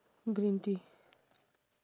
green tea